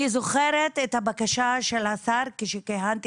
אני זוכרת את הבקשה של השר כשכיהנתי